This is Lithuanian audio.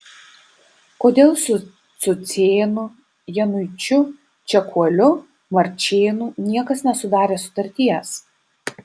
kodėl su cucėnu januičiu čekuoliu marčėnu niekas nesudarė sutarties